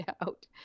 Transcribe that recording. out